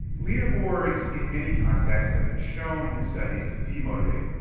leaderboards in many contexts have been shown in studies to demotivate.